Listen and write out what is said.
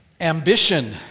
Ambition